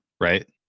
right